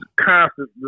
constant